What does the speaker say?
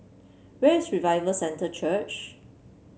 where is Revival Centre Church